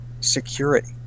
security